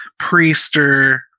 Priester